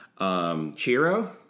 Chiro